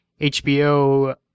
hbo